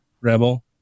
Rebel